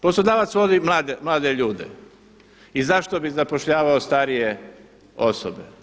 Poslodavac vodi mlade ljude i zašto bi zapošljavao starije osobe?